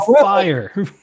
fire